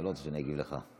אתה לא רוצה שאני אגיב לך.